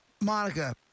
Monica